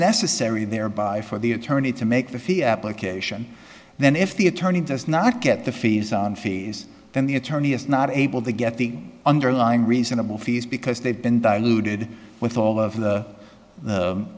necessary thereby for the attorney to make the fee application then if the attorney does not get the fees on fees then the attorney is not able to get the underlying reasonable fees because they've been diluted with all of the